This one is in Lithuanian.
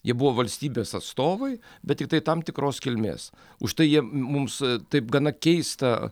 jie buvo valstybės atstovai bet tiktai tam tikros kilmės užtai jie mums taip gana keista